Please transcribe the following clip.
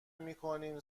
میکنیم